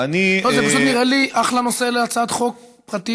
זה פשוט נראה לי אחלה נושא להצעת חוק פרטית,